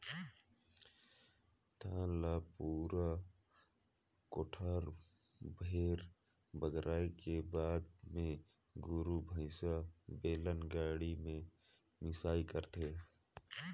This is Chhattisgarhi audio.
धान ल पूरा कोठार भेर बगराए के बाद मे गोरु भईसा, बेलन गाड़ी में मिंसई करथे